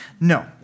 No